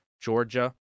Georgia